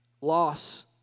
loss